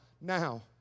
now